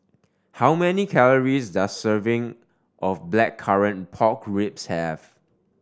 how many calories does a serving of Blackcurrant Pork Ribs have